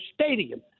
stadium